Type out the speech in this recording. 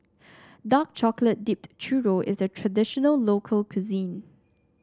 Dark Chocolate Dipped Churro is a traditional local cuisine